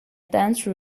dance